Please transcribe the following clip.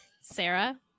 Sarah